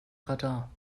radar